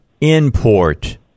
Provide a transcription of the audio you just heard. import